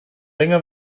länger